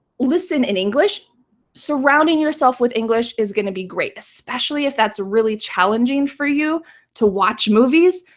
listen in english surrounding yourself with english is going to be great, especially if that's really challenging for you to watch movies.